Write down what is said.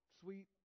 sweet